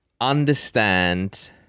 understand